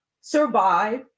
survive